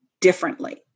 differently